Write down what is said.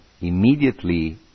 immediately